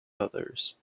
others